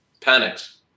panics